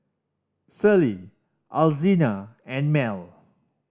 Celie Alzina and Mell